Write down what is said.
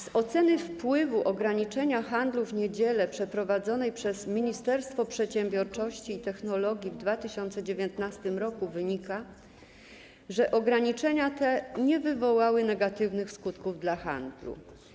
Z oceny wpływu ograniczenia handlu w niedziele przeprowadzonej przez Ministerstwo Przedsiębiorczości i Technologii w 2019 r. wynika, że ograniczenia te nie wywołały negatywnych skutków dla handlu.